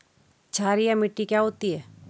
क्षारीय मिट्टी क्या है?